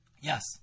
Yes